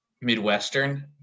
Midwestern